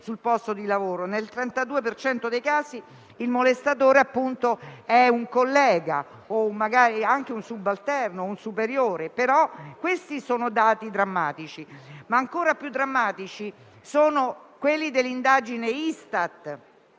cento dei casi il molestatore è un collega, un subalterno o un superiore e questi dati sono drammatici. Ancora più drammatici sono i dati dell'indagine Istat